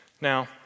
Now